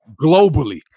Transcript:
globally